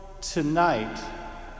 tonight